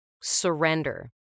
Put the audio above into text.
surrender